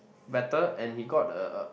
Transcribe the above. better and he got a